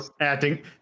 acting